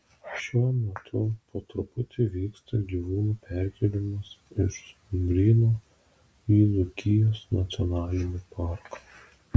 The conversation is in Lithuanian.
šiuo metu po truputį vyksta gyvūnų perkėlimas iš stumbryno į dzūkijos nacionalinį parką